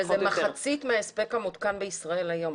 וזה מחצית מההספק המותקן בישראל היום.